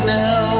now